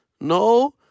No